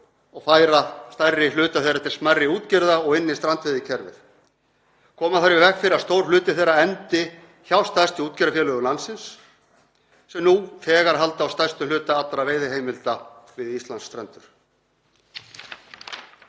og færa stærri hluta þeirra til smærri útgerða og inn í strandveiðikerfið. Koma þarf í veg fyrir að stór hluti þeirra endi hjá stærstu útgerðarfélögum landsins sem nú þegar halda á stærstum hluta allra veiðiheimilda við Íslandsstrendur.